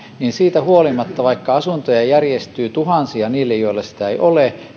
niin siitä huolimatta vaikka asuntoja järjestyy tuhansia niille joilla sitä ei ole